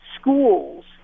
schools